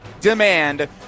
demand